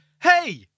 Hey